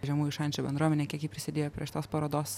žemųjų šančių bendruomenė kiek ji prisidėjo prie šitos parodos